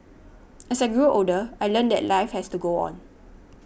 as I grew older I learnt that life has to go on